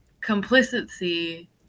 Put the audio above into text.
complicity